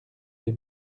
des